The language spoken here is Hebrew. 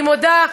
אני מודה,